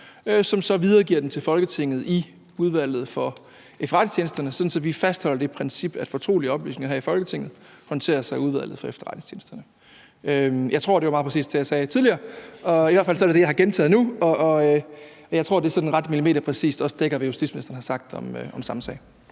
som så videregiver den til Folketinget, i Udvalget vedrørende Efterretningstjenesterne, sådan at vi fastholder det princip, at fortrolige oplysninger her i Folketinget håndteres af Udvalget vedrørende Efterretningstjenesterne. Jeg tror, det svarer meget præcist til det, jeg sagde tidligere, og i hvert fald er det det, jeg har gentaget nu, og jeg tror også, at det sådan ret millimeterpræcist dækker det, som justitsministeren har sagt om den samme sag.